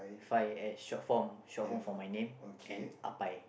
Fai short form short form for my name and Ahpai